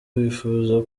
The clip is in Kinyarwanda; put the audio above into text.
wifuza